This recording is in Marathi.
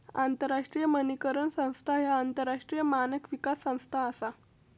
आंतरराष्ट्रीय मानकीकरण संस्था ह्या आंतरराष्ट्रीय मानक विकास संस्था असा